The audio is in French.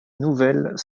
nouvelles